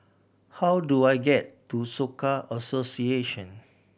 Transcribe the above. how do I get to Soka Association